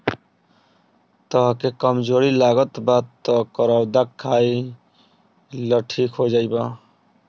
तहके कमज़ोरी लागत बा तअ करौदा खाइ लअ ठीक हो जइब